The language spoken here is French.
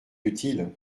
utiles